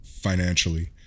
financially